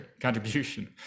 contribution